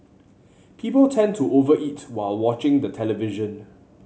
people tend to over eat while watching the television